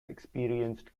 experienced